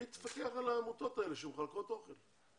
היא תפקח על העמותות האלה שמחלקות אוכל.